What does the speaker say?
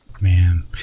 Man